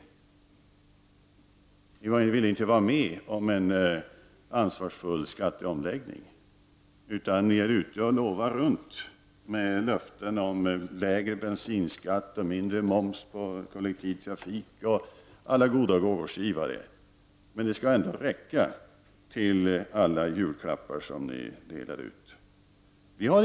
Ni vill inte vara med om en ansvarsfull skatteomläggning, utan ni är ute och lovar runt — ni ger löften om lägre bensinskatt, mindre moms på kollektiv trafik, och ni är alla goda gåvors givare. Men det skall ändå räcka till alla julklappar som ni delar ut.